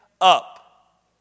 up